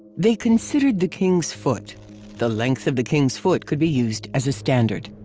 they considered the king's foot the length of the king's foot could be used as a standard.